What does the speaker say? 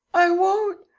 i won't.